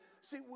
see